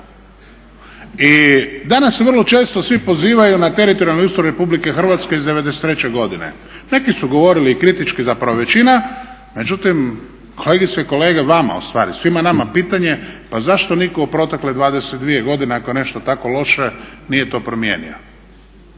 I danas se vrlo često svi pozivaju na teritorijalni ustroj RH iz '93.godine. neki su govorili kritički zapravo većina, međutim kolegice i kolege, vama ustvari svima nama pitanje, pa zašto nitko u protekle 22 godine ako je netko tako loše nije to promijenio?